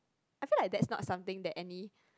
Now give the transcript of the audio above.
I feel like that's not something that any